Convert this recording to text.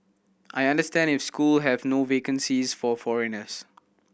I understand if school have no vacancies for foreigners